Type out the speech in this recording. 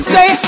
Say